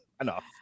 enough